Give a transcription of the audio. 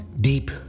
deep